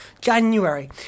January